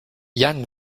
jan